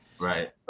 Right